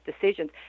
decisions